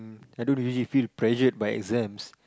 I don't really feel pressured by exams